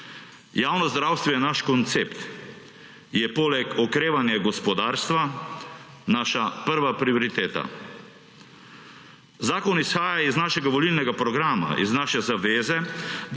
Javno zdravstvo je naš koncept. Je poleg okrevanja gospodarstva naša prva prioriteta. Zakon izhaja iz našega volilnega programa, iz naše zaveze,